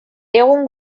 egun